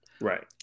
Right